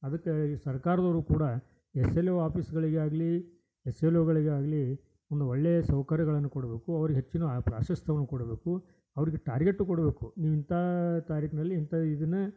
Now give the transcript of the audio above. ಅದಕ್ಕೆ ಈ ಸರ್ಕಾರದೋರು ಕೂಡ ಎಸ್ ಎಲ್ ಓ ಆಫೀಸುಗಳಿಗಾಗಲೀ ಎಸ್ ಎಲ್ ಓಗಳಿಗಾಗಲೀ ಒಂದು ಒಳ್ಳೆಯ ಸೌಕರ್ಯಗಳನ್ನು ಕೊಡಬೇಕು ಅವ್ರಿಗೆ ಹೆಚ್ಚಿನ ಪ್ರಾಶಸ್ತ್ಯವನ್ನು ಕೊಡಬೇಕು ಅವ್ರಿಗೆ ಟಾರ್ಗೆಟು ಕೊಡಬೇಕು ನೀ ಇಂಥಾ ತಾರೀಕಿನಲ್ಲಿ ಇಂಥ ಇದನ್ನು